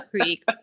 Creek